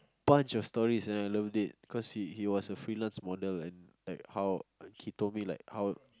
bunch of story and I loved it cause he he was a freelance model and like how he told me like how